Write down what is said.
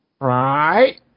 Right